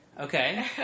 Okay